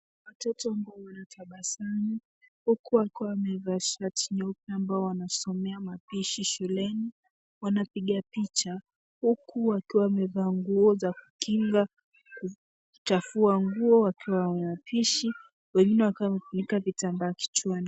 Watoto ambao wanaabasamu, huku wakiwa wamevaa shati nyeupe na ambao wanasomea mapishi shuleni, wanapiga picha, huku wakiwa wamevaa nguo za kinga, kuchafua nguo wakiwa kwenye mapishi, wengine wakiwa wamefunika vitambaa kichwani.